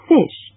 Fish